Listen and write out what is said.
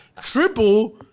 triple